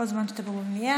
כל זמן שאתה פה במליאה.